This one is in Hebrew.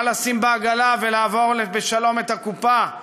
מה לשים בעגלה ולעבור בשלום את הקופה,